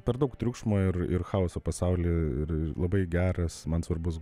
per daug triukšmo ir ir chaoso pasauly ir ir labai geras man svarbus